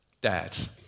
Dads